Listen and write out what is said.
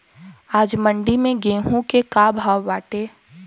आज मंडी में गेहूँ के का भाव बाटे?